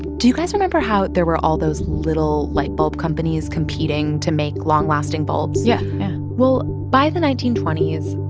do you guys remember how there were all those little light bulb companies competing to make long-lasting bulbs? yeah. yeah well, by the nineteen twenty s,